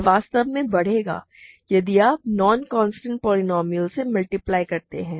यह वास्तव में बढ़ेगा यदि आप नॉन कांस्टेंट पोलीनोमिअल से मल्टीप्लाई करते हैं